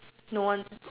no one